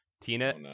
Tina